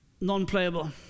non-playable